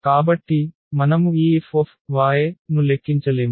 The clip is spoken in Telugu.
కాబట్టి మనము ఈ F ను లెక్కించలేము